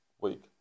week